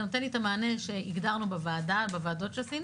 נותן לי את המענה שהגדרנו בוועדות שעשינו,